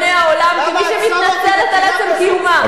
בעיני העולם כמי שמתנצלת על עצם קיומה.